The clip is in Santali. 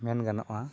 ᱢᱮᱱ ᱜᱟᱱᱚᱜᱼᱟ